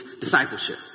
discipleship